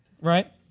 Right